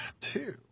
two